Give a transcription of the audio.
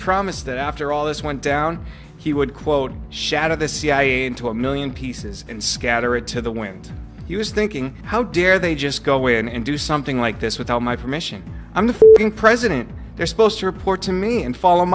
promised that after all this went down he would quote shatter the cia into a million pieces and scatter it to the wind he was thinking how dare they just go away and do something like this without my permission i'm the president they're supposed to report to me and foll